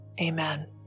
amen